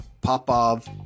Popov